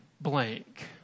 blank